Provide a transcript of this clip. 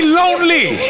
lonely